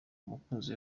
umukunzi